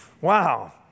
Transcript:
Wow